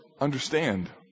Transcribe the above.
understand